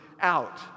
out